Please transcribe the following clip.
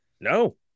No